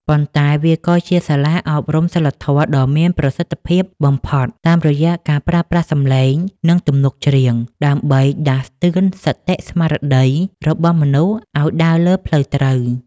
ប៉ុន្តែវាក៏ជាសាលាអប់រំសីលធម៌ដ៏មានប្រសិទ្ធភាពបំផុតតាមរយៈការប្រើប្រាស់សម្លេង និងទំនុកច្រៀងដើម្បីដាស់តឿនសតិស្មារតីរបស់មនុស្សឱ្យដើរលើផ្លូវត្រូវ។